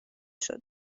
شده